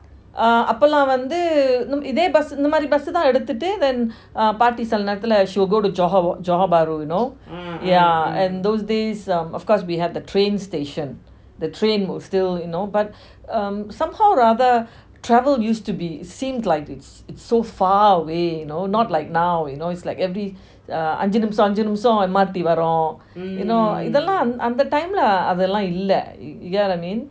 uh அப்போல்லாம் வந்து இதே:apolam vanthu ithey bus இந்த மாறி:intha maari bus தான் எடுத்துட்டு:thaan eaduthutu then பாட்டி சில நேரத்துல:paati silla nerathula she'd go to johor johor bahru you know and uh yeah those days um of course we have the train station the train will still you know but um somehow rather travel used to be seems like it's so far awayyou know not like nowyou know it's like every uh அணிஜி நிமிஷம் அஞ்சி நிமிஷம்:aniji nimisam anji nimisam M_R_T வரும் இத்தலம் அந்த:varum ithulam antha time lah இல்ல:illa you get what I mean